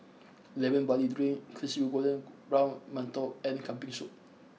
Lemon Barley Drink Crispy Golden Brown Mantou and Kambing Soup